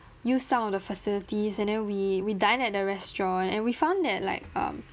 use some of the facilities and then we we dined at the restaurant and we found that like um